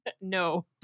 No